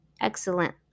excellent